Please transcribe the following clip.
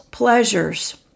pleasures